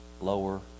lower